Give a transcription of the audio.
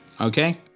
Okay